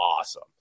awesome